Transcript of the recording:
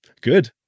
good